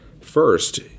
First